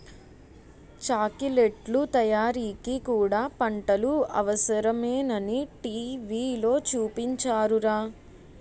చాకిలెట్లు తయారీకి కూడా పంటలు అవసరమేనని టీ.వి లో చూపించారురా